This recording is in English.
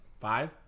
five